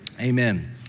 amen